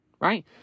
right